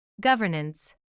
Governance